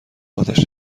آتش